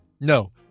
No